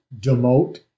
demote